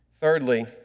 Thirdly